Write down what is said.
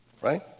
right